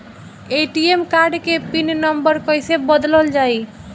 ATM card के pin number कईसे बदलल जाई?